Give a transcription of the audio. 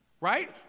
Right